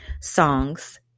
songs